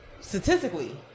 statistically